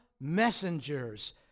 messengers